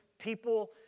people